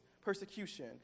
persecution